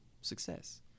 success